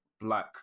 black